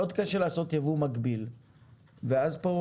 מאוד קשה לעשות יבוא מקביל ואז כאן